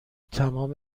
تمام